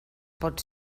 pot